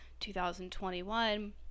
2021